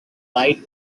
white